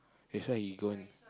that's why he go and